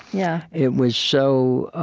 yeah it was so